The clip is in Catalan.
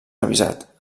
revisat